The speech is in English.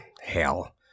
hell